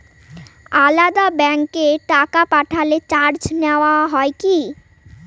আলাদা ব্যাংকে টাকা পাঠালে চার্জ নেওয়া হয় কি?